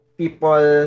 people